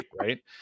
right